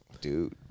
Dude